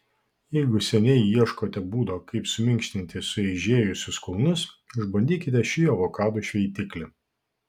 jeigu seniai ieškote būdo kaip suminkštinti sueižėjusius kulnus išbandykite šį avokadų šveitiklį